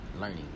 learning